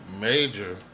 Major